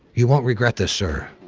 you won't regret this, sir.